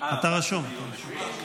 אתה רשום, אתה רשום.